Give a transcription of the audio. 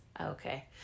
Okay